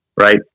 right